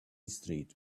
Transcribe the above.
street